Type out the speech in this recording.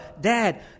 Dad